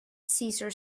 cesar